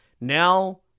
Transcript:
now